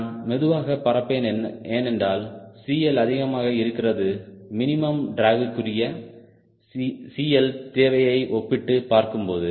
நான் மெதுவாக பறப்பேன் ஏனென்றால் CLஅதிகமாக இருக்கிறது மினிமம் ட்ராகுக்குரிய CL தேவையை ஒப்பிட்டு பார்க்கும்போது